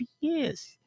yes